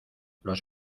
los